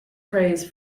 praise